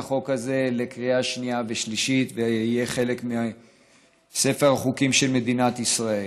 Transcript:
החוק הזה לקריאה שנייה ושלישית ויהיה חלק מספר החוקים של מדינת ישראל.